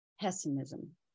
pessimism